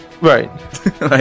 Right